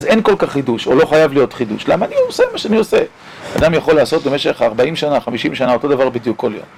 אז אין כל כך חידוש, או לא חייב להיות חידוש. למה? אני עושה מה שאני עושה. אדם יכול לעשות במשך 40 שנה, 50 שנה, אותו דבר בדיוק כל יום.